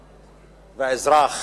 והאזרח,